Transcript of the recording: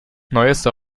neueste